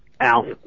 Al